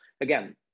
Again